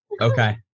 Okay